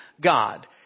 God